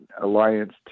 alliance